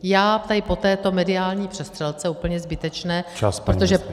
Já po této mediální přestřelce, úplně zbytečné, protože...